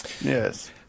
yes